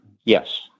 Yes